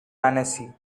annecy